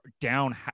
down